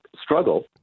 struggle